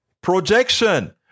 projection